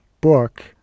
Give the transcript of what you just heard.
book